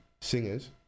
singers